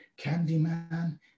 Candyman